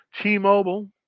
T-Mobile